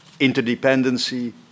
interdependency